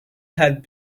had